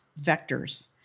vectors